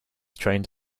trained